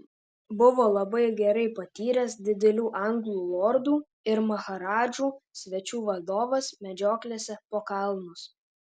buvo labai gerai patyręs didelių anglų lordų ir maharadžų svečių vadovas medžioklėse po kalnus